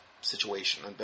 situation